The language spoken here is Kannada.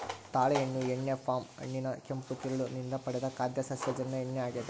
ತಾಳೆ ಎಣ್ಣೆಯು ಎಣ್ಣೆ ಪಾಮ್ ಹಣ್ಣಿನ ಕೆಂಪು ತಿರುಳು ನಿಂದ ಪಡೆದ ಖಾದ್ಯ ಸಸ್ಯಜನ್ಯ ಎಣ್ಣೆ ಆಗ್ಯದ